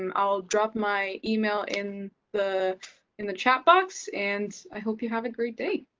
um i'll drop my email in the in the chat box. and i hope you have a great day!